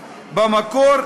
במקור,